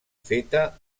feta